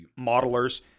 modelers